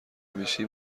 میشی